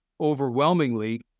Overwhelmingly